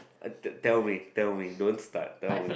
uh te~ tell me tell me don't start tell me